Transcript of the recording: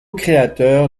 créateur